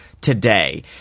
Today